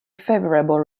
favorable